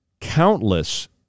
countless